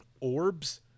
orbs